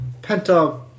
Penta